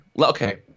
Okay